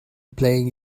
playing